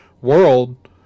world